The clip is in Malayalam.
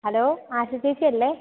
ഹലോ ആശ ചേച്ചി അല്ലേ